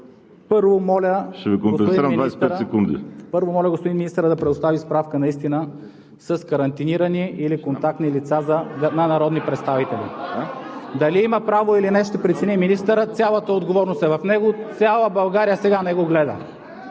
първо, моля господин министърът да предостави справка наистина с карантинирани или контактни лица на народни представители. (Шум и реплики от ГЕРБ.) Дали има право или не, ще прецени министърът, цялата отговорност е в него. Цяла България сега него гледа!